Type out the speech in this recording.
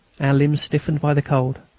our limbs stiffened by the cold,